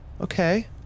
Okay